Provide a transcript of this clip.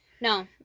No